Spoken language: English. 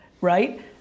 Right